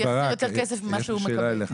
ויחזיר יותר כסף ממה שהוא מקבל.